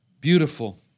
Beautiful